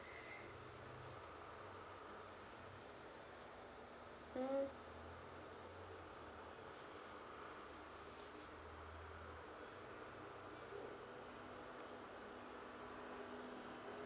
mm